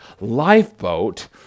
lifeboat